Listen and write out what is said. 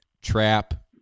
trap